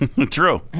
True